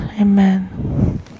Amen